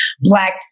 black